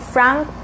Frank